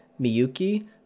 Miyuki